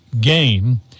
game